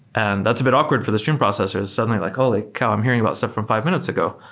and that's a bit awkward for the stream processor, suddenly like, holy cow! i'm hearing about stuff from five minutes ago.